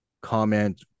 comment